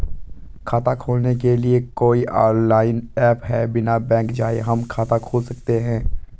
खाता खोलने के लिए कोई ऑनलाइन ऐप है बिना बैंक जाये हम खाता खोल सकते हैं?